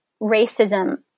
racism